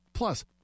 Plus